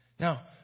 Now